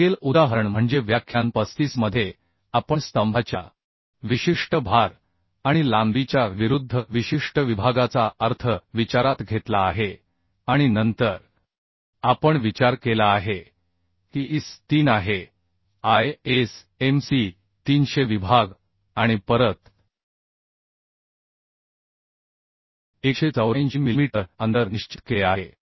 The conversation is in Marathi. मागील उदाहरण म्हणजे व्याख्यान 35 मध्ये आपण स्तंभाच्या विशिष्ट भार आणि लांबीच्या विरुद्ध विशिष्ट विभागाचा अर्थ विचारात घेतला आहे आणि नंतर आपण विचार केला आहे की IS 3 आहे ISMC 300 विभाग आणि परत 184 मिलिमीटर अंतर निश्चित केले आहे